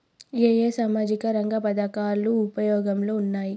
ఏ ఏ సామాజిక రంగ పథకాలు ఉపయోగంలో ఉన్నాయి?